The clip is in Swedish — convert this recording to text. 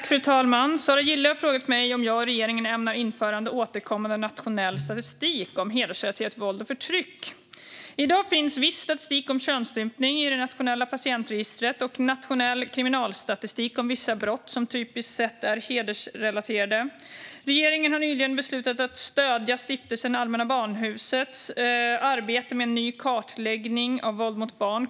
Fru talman! Sara Gille har frågat mig om jag och regeringen ämnar införa återkommande nationell statistik om hedersrelaterat våld och förtryck. I dag finns viss statistik om könsstympning i det nationella patientregistret och nationell kriminalstatistik om vissa brott som typiskt sett är hedersrelaterade. Regeringen har nyligen beslutat att stödja Stiftelsen Allmänna Barnhusets arbete med en ny nationell kartläggning av våld mot barn.